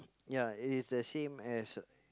ya it is the same as